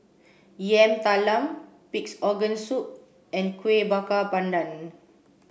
Yam Talam pig's organ soup and Kueh Bakar Pandan